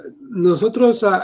nosotros